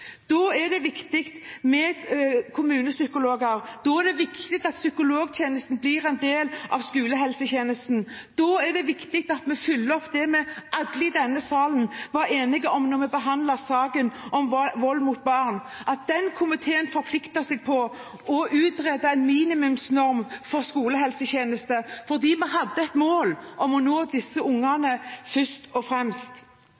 Da er det viktig med kommunepsykologer, da er det viktig at psykologtjenesten blir en del av skolehelsetjenesten, da er det viktig at vi følger opp det vi alle i denne salen var enige om da vi behandlet saken om vold mot barn, at komiteen forplikter seg til å utrede en minimumsnorm for skolehelsetjeneste, fordi vi hadde et mål om å nå disse barna først og fremst.